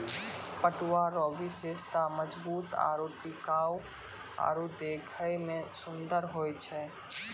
पटुआ रो विशेषता मजबूत आरू टिकाउ आरु देखै मे सुन्दर होय छै